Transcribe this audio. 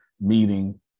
meeting